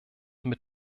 mit